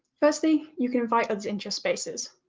firstly, you can invite others into your spaces.